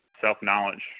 self-knowledge